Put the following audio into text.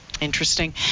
Interesting